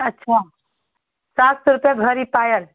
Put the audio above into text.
अच्छा सात सौ रुपये भरी पायल